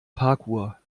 parkuhr